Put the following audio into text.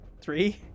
Three